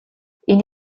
энэ